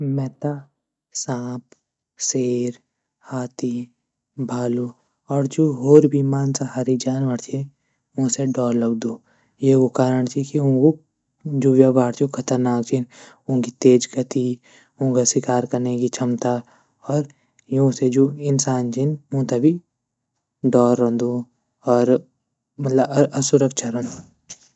मैं त सांप, शेर, भालू और जो और भी मांसहारी जानवर च वोन से डर लगदु. ये कु कारन छ की वो कु व्यव्हार छह वो खतरनाक छन. वो की तेज गति, वो की शिकार करना की क्षमता और यूँ से जो इंसान छन वो भी डर और असुरक्षा रेन्ड.